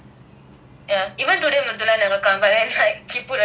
ya even today maltilda never come but then like he put attendance for her